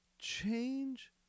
Change